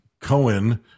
Cohen